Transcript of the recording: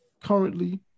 currently